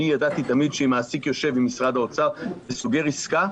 אני ידעתי תמיד שאם מעסיק יושב במשרד האוצר וסוגר עסקה,